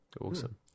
Awesome